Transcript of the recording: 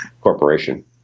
corporation